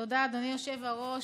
תודה, אדוני היושב-ראש.